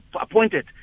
appointed